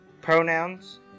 Pronouns